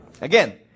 Again